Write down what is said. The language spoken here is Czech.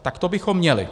Tak to bychom měli.